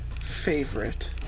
favorite